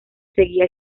seguía